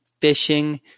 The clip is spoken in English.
fishing